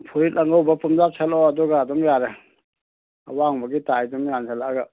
ꯐꯨꯔꯤꯠ ꯑꯉꯧꯕ ꯄꯨꯝꯌꯥꯠ ꯁꯦꯠꯂꯛꯑꯣ ꯑꯗꯨꯒ ꯑꯗꯨꯝ ꯌꯥꯔꯦ ꯑꯋꯥꯡꯕꯒꯤ ꯇꯥꯏꯗꯨꯝ ꯌꯥꯟꯁꯜꯂꯛꯑꯒ